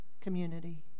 community